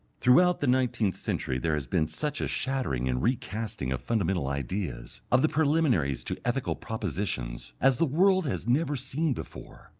throughout the nineteenth century there has been such a shattering and recasting of fundamental ideas, of the preliminaries to ethical propositions, as the world has never seen before.